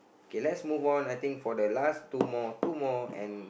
okay let's move on I think for the last two more two more and